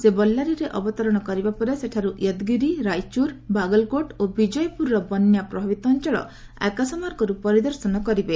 ସେ ବଲ୍କାରିରେ ଅବତରଣ କରିବା ପରେ ସେଠାରୁ ୟଦ୍ଗିରି ରାଇଚୁର ବାଗଲକୋଟ ଓ ବିଜୟପୁରର ବନ୍ୟା ପ୍ରଭାବିତ ଅଞ୍ଚଳ ଆକାଶମାର୍ଗରୁ ପରିଦର୍ଶନ କରିବେ